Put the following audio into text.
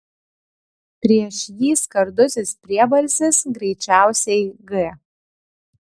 prieš jį skardusis priebalsis greičiausiai g